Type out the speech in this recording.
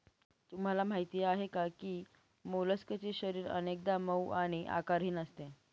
तुम्हाला माहीत आहे का की मोलस्कचे शरीर अनेकदा मऊ आणि आकारहीन असते